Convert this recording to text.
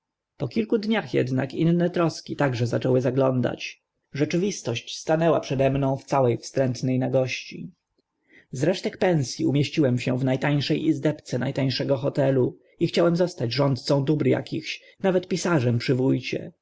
po kilku dniach ednak inne troski także zaczęły zaglądać rzeczywistość stanęła przede mną w swo e wstrętne nagości z resztek pens i umieściłem się w na tańsze izdebce na tańszego hotelu i chciałem zostać rządcą dóbr akich lub nawet pisarzem przy wó